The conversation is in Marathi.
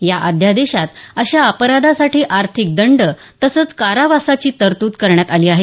या अध्यादेशात अशा अपराधासाठी आर्थिक दंड तसंच कारावासाची तरतूद करण्यात आली आहे